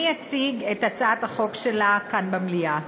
אני אציג את הצעת החוק שלה כאן במליאה.